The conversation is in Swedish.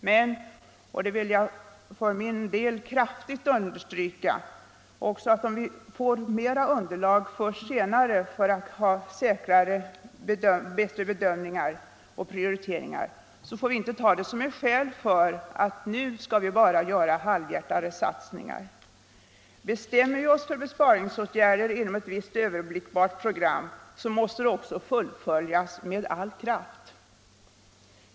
Men — och det vill jag för min del kraftigt understryka — även om vi får mer underlag för bättre bedömningar och prioriteringar först senare får vi inte ta det som skäl för att nu bara göra halvhjärtade satsningar. Bestämmer vi oss för besparingsåtgärder inom ett visst överblickbart program måste de också fullföljas med all kraft.